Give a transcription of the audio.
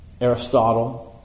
Aristotle